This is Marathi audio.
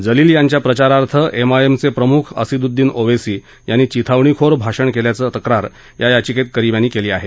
जलील यांच्या प्रचारार्थ एम आय एम चे प्रमुख असदुद्दीन ओवेसी यांनी चिथावणीखोर भाषण केल्याची तक्रार या याचिकेत करीम यांनी केली आहे